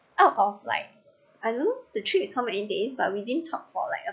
out of like I don't know the trip is how many days but we didn't talk for like